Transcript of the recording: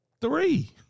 three